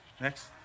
Next